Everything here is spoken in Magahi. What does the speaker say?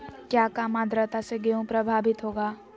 क्या काम आद्रता से गेहु प्रभाभीत होगा?